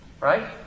Right